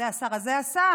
את זה השר הזה עשה,